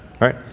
right